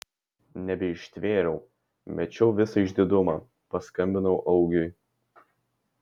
nebeištvėriau mečiau visą išdidumą paskambinau augiui